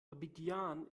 abidjan